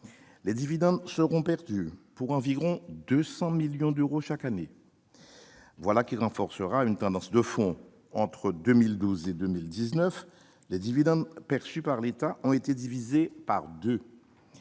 Les dividendes seront perdus, à hauteur d'environ 200 millions d'euros chaque année. Voilà qui renforcera une tendance de fond : entre 2012 et 2019, les dividendes perçus par l'État ont été divisés par deux.